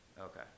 Okay